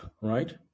right